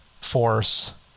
force